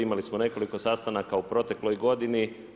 Imali smo nekoliko sastanaka u protekloj godini.